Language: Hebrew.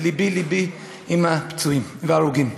ולבי לבי עם הפצועים וההרוגים.